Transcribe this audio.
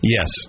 Yes